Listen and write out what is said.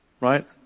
Right